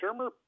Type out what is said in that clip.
Shermer